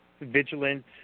vigilant